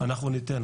אנחנו ניתן.